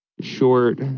short